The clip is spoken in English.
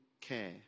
care